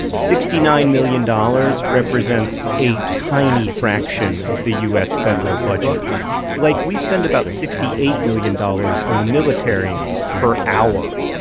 sixty-nine million dollars represents a tiny fraction of the u s. federal budget like, we spend about sixty eight million dollars on the military per hour.